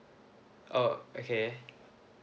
oh okay